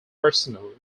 personnel